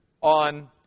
on